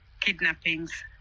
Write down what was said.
kidnappings